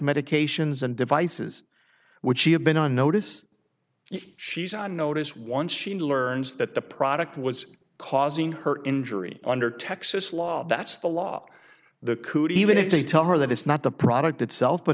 medications and devices would she have been on notice she's on notice once she learns that the product was causing her injury under texas law that's the law the cootie even if they tell her that it's not the product itself but